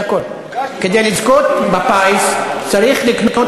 הצעה אחרת צריך לבקש, זה הכול.